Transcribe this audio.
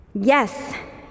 Yes